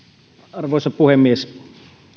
arvoisa puhemies